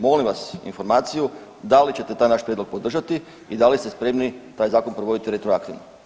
Molim vas informaciju da li ćete taj naš prijedlog podržati i da li ste spremni taj zakon provoditi retroaktivno?